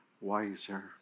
wiser